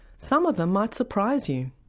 some of them might surprise you.